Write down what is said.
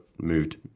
Moved